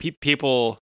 people